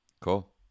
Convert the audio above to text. cool